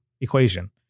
equation